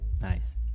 Nice